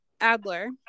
Adler